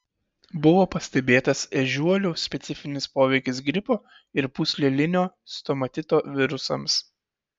buvo pastebėtas ežiuolių specifinis poveikis gripo ir pūslelinio stomatito virusams